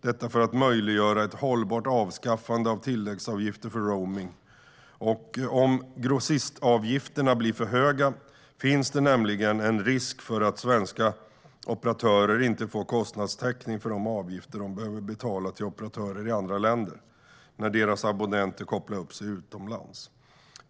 Detta för att möjliggöra ett hållbart avskaffande av tilläggsavgifter för roaming. Om grossistavgifterna blir för höga finns det nämligen en risk för att svenska operatörer inte får kostnadstäckning för de avgifter de behöver betala till operatörer i andra länder när deras abonnenter kopplar upp sig utomlands.